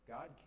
God